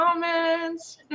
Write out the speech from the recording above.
comments